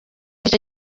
icyo